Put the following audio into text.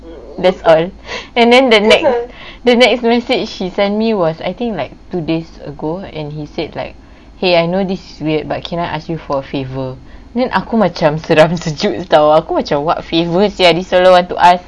that's all and then the next the next message he sent me was I think like two days ago and he said like !hey! I know this is weird but can I ask you for a favour then aku macam seram sejuk [tau] aku macam what favour sia this fellow want to ask